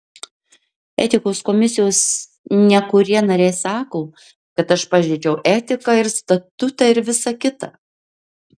etikos komisijos nekurie nariai sako kad aš pažeidžiau etiką ir statutą ir visa kita